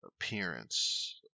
appearance